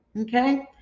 Okay